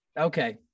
Okay